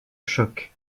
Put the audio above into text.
choc